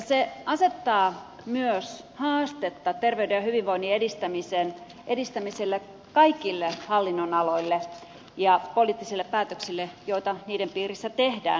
se asettaa myös haastetta terveyden ja hyvinvoinnin edistämiselle kaikille hallinnonaloille ja poliittisille päätöksille joita niiden piirissä tehdään